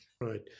Right